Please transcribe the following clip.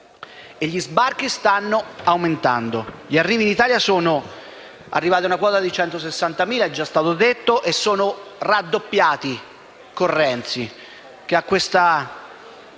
E gli sbarchi stanno aumentando: gli arrivi in Italia sono giunti a quota 160.000 - è già stato detto - e sono raddoppiati con Renzi, che ha questa